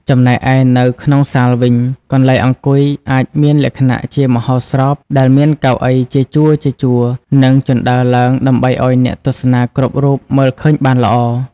ចំណែកឯនៅក្នុងសាលវិញ កន្លែងអង្គុយអាចមានលក្ខណៈជាមហោស្រពដែលមានកៅអីជាជួរៗ និងជណ្តើរឡើងដើម្បីឱ្យអ្នកទស្សនាគ្រប់រូបមើលឃើញបានល្អ។